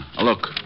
Look